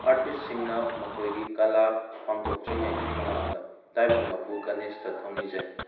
ꯑꯥꯔꯇꯤꯁꯁꯤꯡꯅ ꯃꯈꯣꯏꯒꯤ ꯀꯂꯥ ꯄꯥꯡꯊꯣꯛꯇ꯭ꯔꯤꯉꯥꯩ ꯃꯃꯥꯡꯗ ꯇꯥꯏꯕꯪ ꯃꯄꯨ ꯒꯅꯦꯁꯇ ꯊꯧꯅꯤꯖꯩ